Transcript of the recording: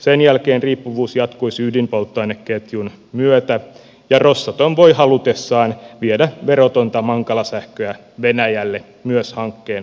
sen jälkeen riippuvuus jatkuisi ydinpolttoaineketjun myötä ja rosatom voi halutessaan viedä verotonta mankala sähköä venäjälle myös hankkeen omistajana